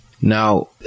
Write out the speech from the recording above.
now